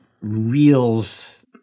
Reels